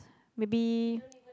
maybe